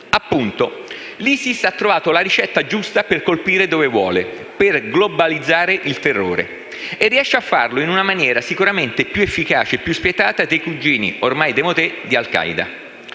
Appunto, l'ISIS ha trovato la ricetta giusta per colpire dove vuole, per globalizzare il terrore. E riesce a farlo in una maniera sicuramente più efficace e più spietata dei cugini, ormai demodé, di Al Qaida.